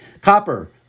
Copper